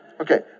Okay